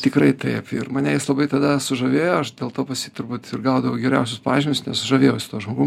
tikrai taip ir mane jis labai tada sužavėjo aš dėl to pas jį turbūt ir gaudavau geriausius pažymius nes žavėjausi tuo žmogum